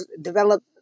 develop